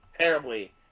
terribly